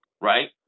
right